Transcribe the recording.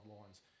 lines